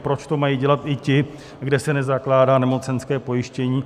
Proč to mají dělat i ti, kde se nezakládá nemocenské pojištění?